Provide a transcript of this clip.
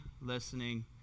listening